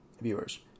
viewers